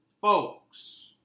folks